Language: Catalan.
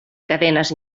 cadenes